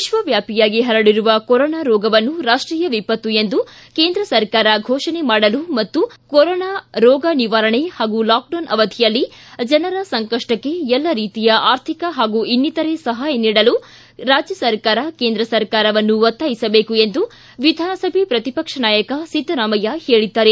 ವಿಶ್ವವ್ಯಾಪಿಯಾಗಿ ಪರಡಿರುವ ಕೊರೊನಾ ರೋಗವನ್ನು ರಾಷ್ಟೀಯ ವಿಪತ್ತು ಎಂದು ಕೇಂದ್ರ ಸರ್ಕಾರ ಘೋಷಣೆ ಮಾಡಲು ಮತ್ತು ಕೊರೋನಾ ರೋಗ ನಿವಾರಣೆ ಪಾಗೂ ಲಾಕ್ಡೌನ್ ಅವಧಿಯಲ್ಲಿ ಜನರ ಸಂಕಷ್ಟಕ್ಕೆ ಎಲ್ಲಾ ರೀತಿಯ ಆರ್ಥಿಕ ಹಾಗೂ ಇನ್ನಿತರೆ ಸಹಾಯ ನೀಡಲು ರಾಜ್ಯ ಸರ್ಕಾರ ಕೇಂದ್ರ ಸರ್ಕಾರವನ್ನು ಒತ್ತಾಯಿಸಬೇಕು ಎಂದು ವಿಧಾನಸಭೆ ಪ್ರತಿಪಕ್ಷ ನಾಯಕ ಸಿದ್ದರಾಮಯ್ಯ ಹೇಳಿದ್ದಾರೆ